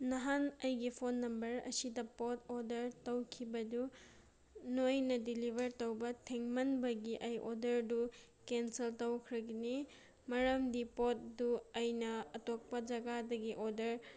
ꯅꯍꯥꯟ ꯑꯩꯒꯤ phone number ꯑꯁꯤꯗ ꯄꯣꯠ ꯑꯣꯔꯗꯔ ꯇꯧꯈꯤꯕꯗꯨ ꯅꯣꯏꯅ ꯗꯤꯂꯤꯕꯔ ꯇꯧꯕ ꯊꯦꯡꯃꯟꯕꯒꯤ ꯑꯩ ꯑꯣꯔꯗꯔꯗꯨ ꯀꯦꯟꯁꯦꯜ ꯇꯧꯈ꯭ꯔꯒꯅꯤ ꯃꯔꯝꯗꯤ ꯄꯣꯠꯇꯨ ꯑꯩꯅ ꯑꯇꯣꯞꯄ ꯖꯒꯥꯗꯒꯤ ꯑꯣꯔꯗꯔ